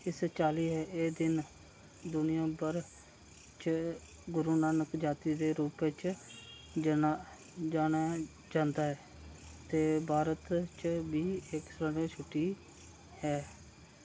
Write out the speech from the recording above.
इस चाल्ली एह् दिन दुनिया भर च गुरु नानक जयंती दे रूपा च जानेआ जंदा ऐ ते भारत च बी इक सार्वजनक छुट्टी ऐ